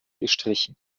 gestrichen